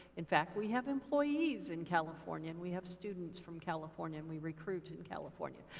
in fact, we have employees in california, and we have students from california, and we recruit in california.